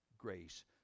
grace